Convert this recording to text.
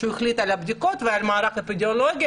שהוא החליט על הבדיקות ועל מערך אפידמיולוגי,